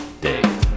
day